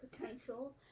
potential